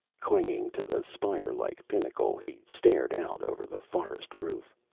clinging to the spire-like pinnacle, he stared out over the forest roof.